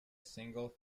single